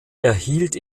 erhielt